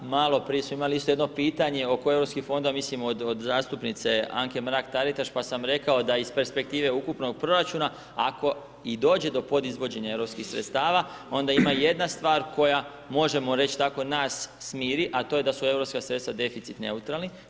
Malo prije smo imali isto jedno pitanje oko Europskih fondova, mislim od zastupnice Anke Mrak-Taritaš, pa sam rekao da iz perspektive ukupnog proračuna, ako i dođe do podizvođenja europskih sredstava, onda ima jedna stvar koja možemo reć' tako, nas smiri, a to je da su europska sredstva deficit neutralni.